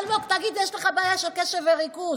אלמוג, תגיד, יש לך בעיה של קשב וריכוז.